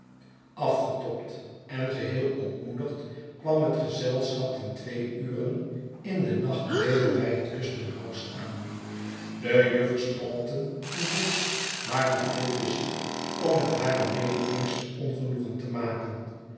afgetobd en geheel ontmoedigd kwam het gezelschap ten twee ure in den nacht weder bij het custom house aan de juffers taunton en briggs waren veel te ziek om met hare mededingsters ongenoegen te maken